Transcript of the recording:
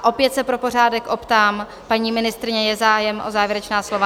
Opět se pro pořádek optám, paní ministryně, je zájem o závěrečná slova?